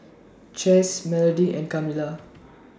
Chas Melody and Kamilah